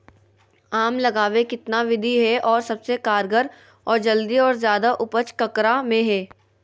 आम लगावे कितना विधि है, और सबसे कारगर और जल्दी और ज्यादा उपज ककरा में है?